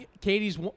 Katie's